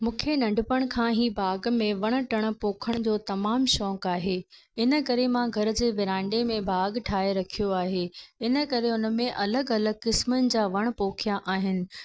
मूंखे नंढपणु खां ई बाग़ में वण टिण पोखण जो तमामु शौक़ु आहे इन करे मां घर जे विरांडे में बाग़ ठाहे रखियो आहे इन करे उन में अलॻि अलॻि क़िस्मनि जा वण पोखिया आहिनि